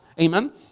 Amen